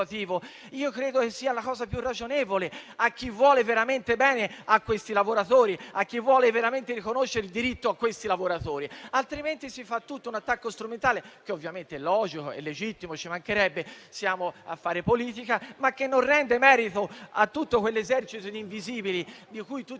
Io credo che sia la cosa più ragionevole per chi vuole veramente bene a questi lavoratori, per chi vuole veramente riconoscere il diritto di questi lavoratori. Altrimenti, diventa tutto un attacco strumentale, che ovviamente è logico e legittimo, perché siamo qui a fare politica, ma che non rende merito a tutto quell'esercito di invisibili, una